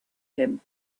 him